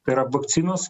tai yra vakcinos